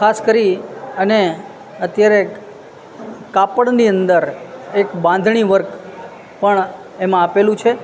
ખાસ કરી અને અત્યારે કાપડની અંદર એક બાંધણી વર્ક પણ એમાં આપેલું છે